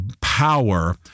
power